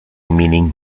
meaning